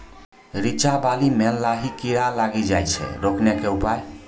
रिचा मे बाली मैं लाही कीड़ा लागी जाए छै रोकने के उपाय?